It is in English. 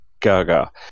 gaga